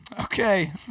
Okay